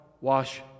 wash